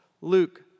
Luke